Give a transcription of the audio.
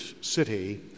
city